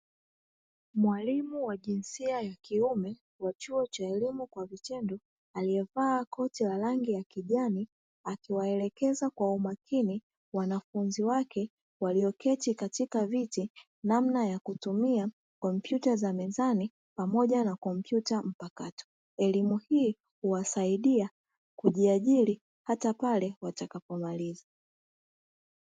Mwalimu wa jinsia ya kiume wa chuo cha elimu kwa vitendo alievaa koti la rangi ya kijani akiwaelekeza kwa makini wanafunzi wake walioketi katika viti namna ya kutumia kompyuta za mezani pamoja na kompyta mpakato. Elimu hii huwasaidia kujiajiri ata pale watakapomaliza.